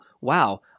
Wow